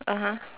(uh huh)